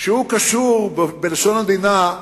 שהוא קשור, בלשון עדינה,